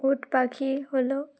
উট পাখি হলো